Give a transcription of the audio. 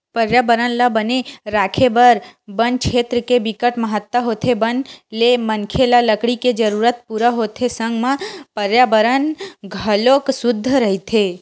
परयाबरन ल बने राखे बर बन छेत्र के बिकट महत्ता होथे बन ले मनखे ल लकड़ी के जरूरत पूरा होथे संग म परयाबरन घलोक सुद्ध रहिथे